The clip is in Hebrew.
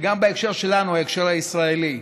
וגם בהקשר שלנו, ההקשר הישראלי.